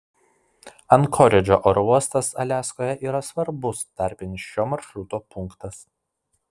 ankoridžo oro uostas aliaskoje yra svarbus tarpinis šio maršruto punktas